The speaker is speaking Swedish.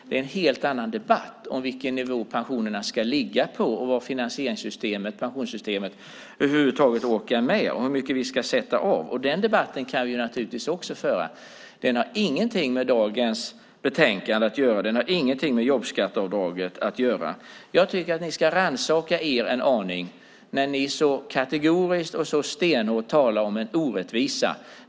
Det är en helt annan debatt vilken nivå pensionerna ska ligga på, vad pensionssystemet över huvud taget orkar med och hur mycket vi ska sätta av. Den debatten kan vi naturligtvis också föra, men den har ingenting med dagens betänkande och jobbskatteavdraget att göra. Jag tycker att ni ska rannsaka er en aning när ni så kategoriskt och så stenhårt talar om en orättvisa.